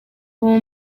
ubu